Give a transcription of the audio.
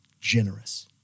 generous